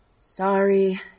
Sorry